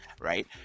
Right